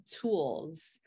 tools